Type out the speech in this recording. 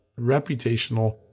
reputational